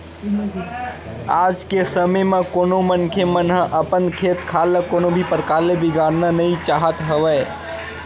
आज के समे म कोनो मनखे मन ह अपन खेत खार ल कोनो भी परकार ले बिगाड़ना नइ चाहत हवय